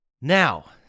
Now